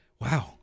wow